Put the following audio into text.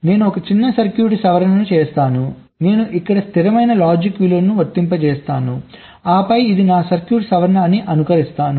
నేను ఒక చిన్న సర్క్యూట్ సవరణను చేస్తాను నేను ఇక్కడ స్థిరమైన లాజిక్ విలువను వర్తింపజేస్తాను ఆపై ఇది నా సర్క్యూట్ సవరణ అని అనుకరిస్తాను